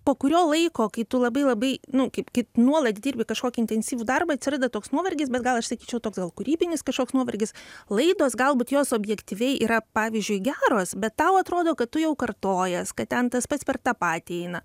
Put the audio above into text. po kurio laiko kai tu labai labai nu kaip kai nuolat dirbi kažkokį intensyvų darbą atsiranda toks nuovargis bet gal aš sakyčiau toks gal kūrybinis kažkoks nuovargis laidos galbūt jos objektyviai yra pavyzdžiui geros bet tau atrodo kad tu jau kartojies kad ten tas pats per tą patį eina